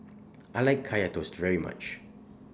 I like Kaya Toast very much